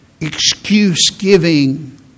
excuse-giving